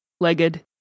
legged